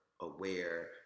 aware